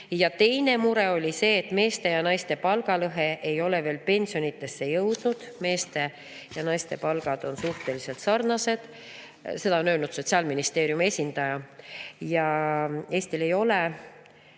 Teine mure oli see, et meeste ja naiste palgalõhe ei ole veel pensionitesse jõudnud. Meeste ja naiste pensionid on suhteliselt sarnased. Seda on öelnud Sotsiaalministeeriumi esindaja. Eestis meil